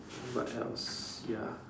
what else ya